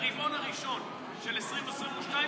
לרבעון הראשון של 2022,